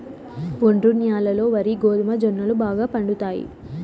ఒండ్రు న్యాలల్లో వరి, గోధుమ, జొన్నలు బాగా పండుతాయి